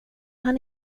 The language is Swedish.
han